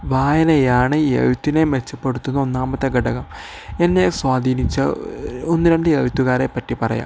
വായനയാണ് എഴുത്തിനെ മെച്ചപ്പെടുത്തുന്ന ഒന്നാമത്തെ ഘടകം എന്നെ സ്വാധീനിച്ച ഒന്ന് രണ്ട് എഴുത്തുകാരെ പറ്റി പറയാം